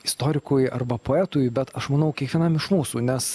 istorikui arba poetui bet aš manau kiekvienam iš mūsų nes